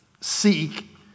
Seek